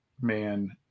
man